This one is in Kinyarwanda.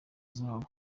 zahabu